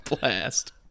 blast